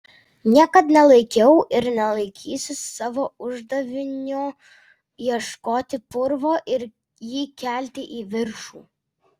niekad nelaikiau ir nelaikysiu savo uždaviniu ieškoti purvo ir jį kelti į viršų